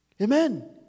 Amen